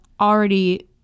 already